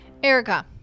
Erica